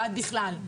ועד בכלל,